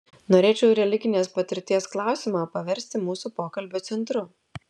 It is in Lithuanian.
norėčiau religinės patirties klausimą paversti mūsų pokalbio centru